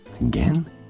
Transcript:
again